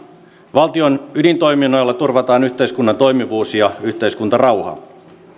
valtion ydintoiminnoilla turvataan yhteiskunnan toimivuus ja yhteiskuntarauha